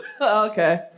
Okay